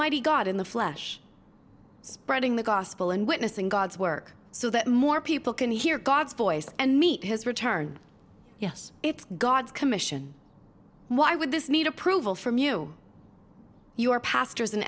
mighty god in the flesh spreading the gospel and witnessing god's work so that more people can hear god's voice and meet his return yes if god commission why would this need approval from you your pastors